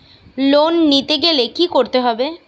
Loan নিতে গেলে কি করতে হবে?